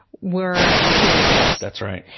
were cautionary tales? that's right.